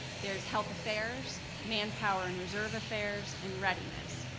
there's health affairs, manpower and reserve affairs and readiness,